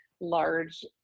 large